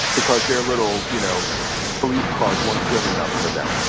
because their little you know police cars weren't good enough for them.